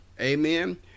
Amen